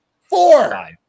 Four